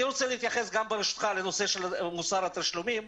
אני רוצה להתייחס ברשותך לנושא של מוסר התשלומים.